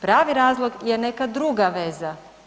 Pravi razlog je neka druga veza.